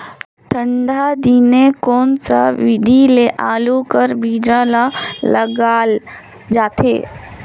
ठंडा दिने कोन सा विधि ले आलू कर बीजा ल लगाल जाथे?